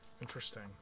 Interesting